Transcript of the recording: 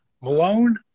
Malone